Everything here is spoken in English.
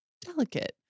delicate